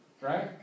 right